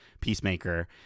Peacemaker